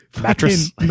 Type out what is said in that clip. mattress